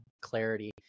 clarity